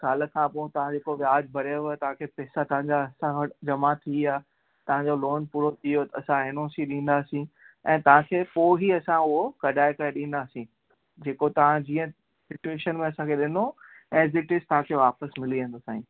साल खां पोइ तव्हां जेको व्याज भरियव तव्हांखे पेसा तव्हांजा असां वटि जमां थी विया तव्हांजो लोन पूरो थी वियो असां एन ओ सी ॾींदासीं ऐं तव्हां पोइ ई असां उहो कढाए करे ॾींदासीं जेको तव्हां जीअं इंटूशियन में असांखे ॾिनो एज़ इट इज़ तव्हांखे वापिसि मिली वेंदो साईं